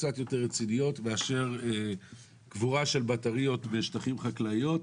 קצת יותר רציניות מאשר קבורה של בטריות בשטחים חקלאיים.